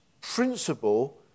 principle